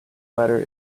butter